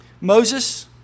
Moses